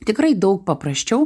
tikrai daug paprasčiau